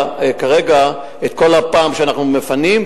כל הפעמים שאנחנו מפנים,